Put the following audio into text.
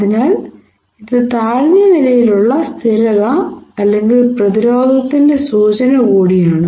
അതിനാൽ ഇത് താഴ്ന്ന നിലയിലുള്ള സ്ഥിരത അല്ലെങ്കിൽ പ്രതിരോധത്തിന്റെ സൂചന കൂടിയാണ്